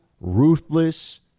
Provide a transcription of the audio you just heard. ruthless